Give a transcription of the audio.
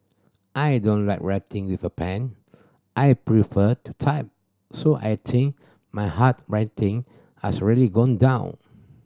I don't like writing with a pen I prefer to type so I think my hard writing has really gone down